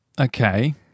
Okay